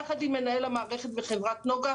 יחד עם מנהל המערכת מחברת נגה,